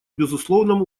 безусловном